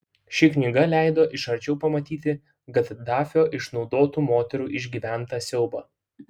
ši knyga leido iš arčiau pamatyti gaddafio išnaudotų moterų išgyventą siaubą